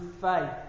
faith